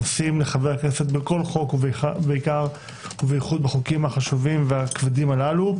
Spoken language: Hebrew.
עושים לחברי הכנסת בכל חוק ובייחוד בחוקים החשובים והכבדים הללו,